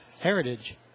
Heritage